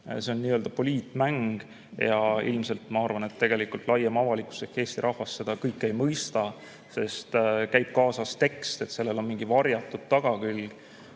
See on poliitmäng ja ilmselt, ma arvan, tegelikult laiem avalikkus ehk Eesti rahvas seda kõike ei mõista, sest käib kaasas tekst, et sellel on mingi varjatud tagakülg.